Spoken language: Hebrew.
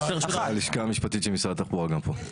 מהלשכה המשפטית של משרד התחבורה גם פה.